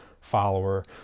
follower